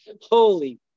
holy